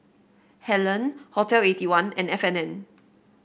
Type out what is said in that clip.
Helen Hotel Eighty one and F and N